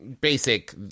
Basic